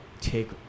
take